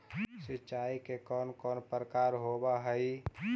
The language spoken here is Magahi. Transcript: सिंचाई के कौन कौन प्रकार होव हइ?